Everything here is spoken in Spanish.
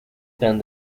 eran